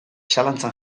zalantzan